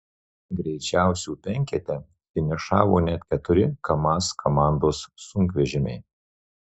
greičiausių penkete finišavo net keturi kamaz komandos sunkvežimiai